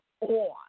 on